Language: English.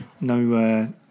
no